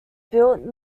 built